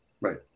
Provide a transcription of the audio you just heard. Right